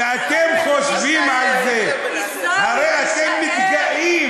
שאתם חושבים על זה: הרי אתם מתגאים